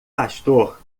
pastor